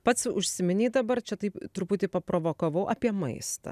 pats užsiminei dabar čia taip truputį provokavau apie maistą